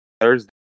Thursday